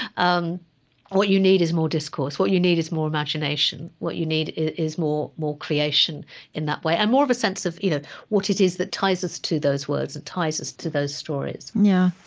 um what you need is more discourse. what you need is more imagination. what you need is more more creation in that way, and more of a sense of what it is that ties us to those words and ties us to those stories yeah.